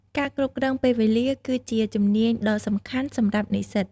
ការគ្រប់គ្រងពេលវេលាគឺជាជំនាញដ៏សំខាន់សម្រាប់និស្សិត។